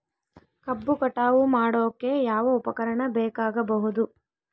ಕಬ್ಬು ಕಟಾವು ಮಾಡೋಕೆ ಯಾವ ಉಪಕರಣ ಬೇಕಾಗಬಹುದು?